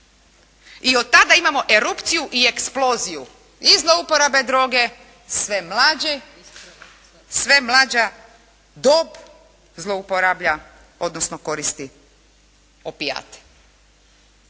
I od tada imamo erupciju i eksploziju i zlouporabe droge sve mlađa dob zlouporablja odnosno koristi opijate.